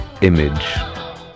image